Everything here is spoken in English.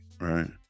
right